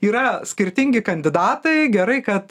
yra skirtingi kandidatai gerai kad